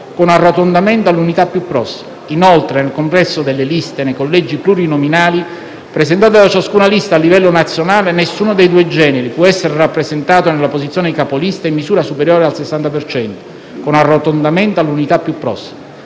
con arrotondamento all'unità più prossima. Inoltre, nel complesso delle liste nei collegi plurinominali presentate da ciascuna lista a livello nazionale, nessuno dei due generi può essere rappresentato nella posizione di capolista in misura superiore al 60 per cento, con arrotondamento all'unità più prossima.